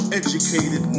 educated